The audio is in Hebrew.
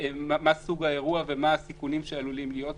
מה סוג האירוע ומה הסיכונים שעלולים להיות בו.